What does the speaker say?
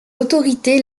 autorités